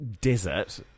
desert